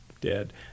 dead